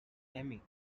emmy